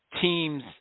teams